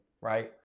right